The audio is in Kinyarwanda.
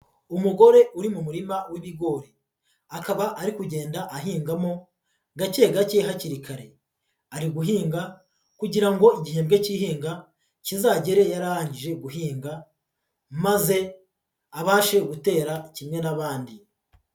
Umugore uri mu murima w'ibigori, akaba ari kugenda ahingamo gake gake hakiri kare. Ari guhinga kugira ngo igihembwe cy’ihinga kizagere yararangije guhinga, maze abashe gutera kimwe n'abandi.